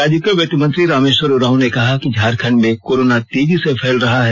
राज्य के वित्त मंत्री रामेश्वर उराँव ने कहा है कि झारखंड में कोरोना तेजी से फैल रहा है